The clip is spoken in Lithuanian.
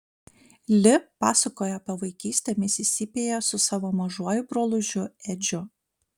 li pasakojo apie vaikystę misisipėje su savo mažuoju brolužiu edžiu